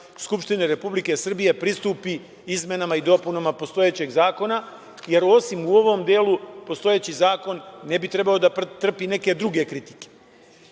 Skupštine Republike Srbije, pristupi izmenama i dopunama postojećeg zakona, jer osim u ovom delu, postojeći zakon ne bi trebalo da trpi neke druge kritike. Što